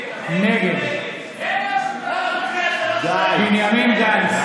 נגד בנימין גנץ,